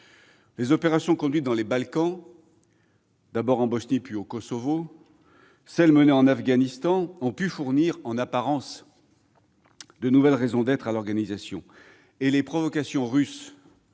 Les opérations conduites dans les Balkans- d'abord en Bosnie, puis au Kosovo -et celles menées en Afghanistan ont pu fournir, en apparence, de nouvelles raisons d'être à l'OTAN, et les provocations russes